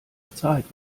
bezahlt